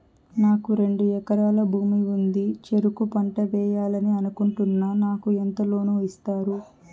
నాకు రెండు ఎకరాల భూమి ఉంది, చెరుకు పంట వేయాలని అనుకుంటున్నా, నాకు ఎంత లోను ఇస్తారు?